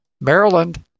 Maryland